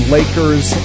Lakers